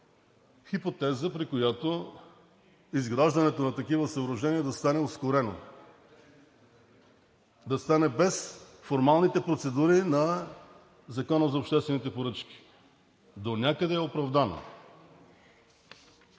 хипотеза, при която изграждането на такива съоръжения да стане ускорено, да стане без формалните процедури на Закона за